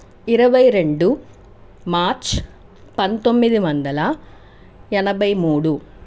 ఇరవై రెండు మార్చ్ పంతొమ్మిది వందల ఎనభై మూడు